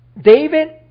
David